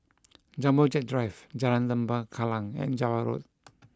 Jumbo Jet Drive Jalan Lembah Kallang and Java Road